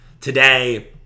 Today